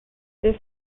this